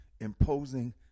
imposing